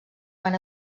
van